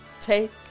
Take